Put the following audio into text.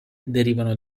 derivano